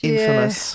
Infamous